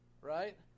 right